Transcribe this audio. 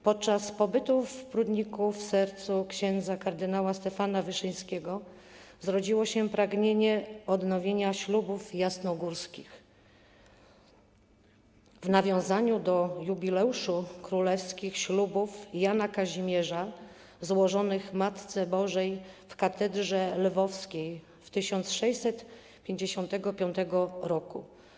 Podczas pobytu w Prudniku w sercu ks. kard. Stefana Wyszyńskiego zrodziło się pragnienie odnowienia ślubów jasnogórskich w nawiązaniu do jubileuszu królewskich ślubów Jana Kazimierza złożonych Matce Bożej w katedrze lwowskiej w 1655 r.